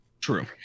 true